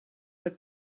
but